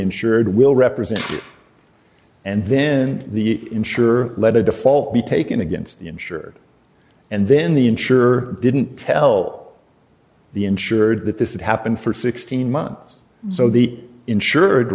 insured will represent and then the insure let a default be taken against the insured and then the insurer didn't tell the insured that this would happen for sixteen months so the insured